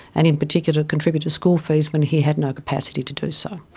and in particular contribute to school fees when he had no capacity to do so.